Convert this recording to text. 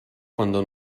quando